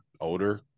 older